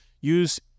use